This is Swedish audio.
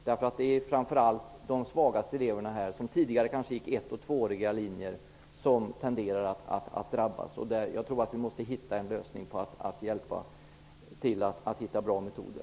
Det är framför allt de svagaste eleverna, som tidigare kanske genomgick ett eller tvååriga linjer, som tenderar att drabbas. Vi måste hjälpa till att hitta bra metoder för att lösa dessa frågor.